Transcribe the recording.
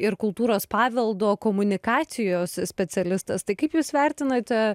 ir kultūros paveldo komunikacijos specialistas tai kaip jūs vertinate